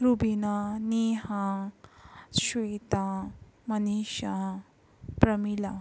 Rubina Neha Shweta Manisha Pramila